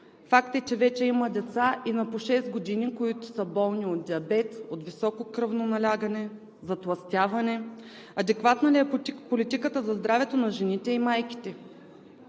Факт е, че вече има деца и на по шест години, които са болни от диабет, от високо кръвно налягане, затлъстяване. Адекватна ли е политиката за здравето на жените и майките?